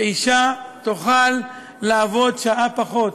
שאישה תוכל לעבוד שעה פחות,